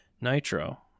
Nitro